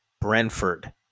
Brentford